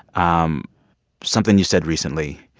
um something you said recently